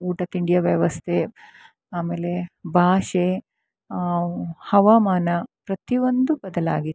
ಊಟ ತಿಂಡಿಯ ವ್ಯವಸ್ಥೆ ಆಮೇಲೆ ಭಾಷೆ ಹವಾಮಾನ ಪ್ರತಿಯೊಂದು ಬದಲಾಗಿತ್ತು